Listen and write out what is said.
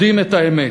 יודעים את האמת.